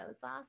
sauce